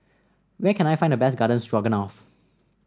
where can I find the best Garden Stroganoff